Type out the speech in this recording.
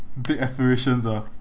big aspirations ah